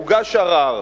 הוגש ערר.